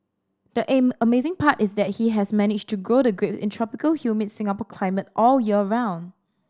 the aim amazing part is that he has managed to grow the grape in tropical humid Singapore climate all year round